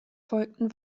folgten